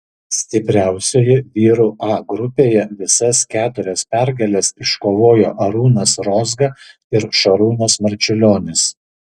stipriausioje vyrų a grupėje visas keturias pergales iškovojo arūnas rozga ir šarūnas marčiulionis